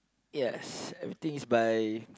yes everything is by